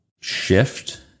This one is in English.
shift